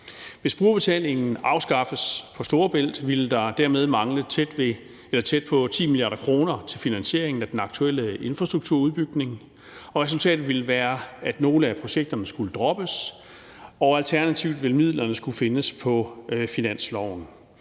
Hvis brugerbetalingen afskaffes på Storebælt, ville der dermed mangle tæt på 10 mia. kr. til finansieringen af den aktuelle infrastrukturudbygning, og resultatet ville være, at nogle af projekterne skulle droppes, og alternativt ville midlerne skulle findes på finansloven.